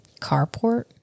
carport